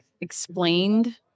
explained